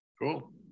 Cool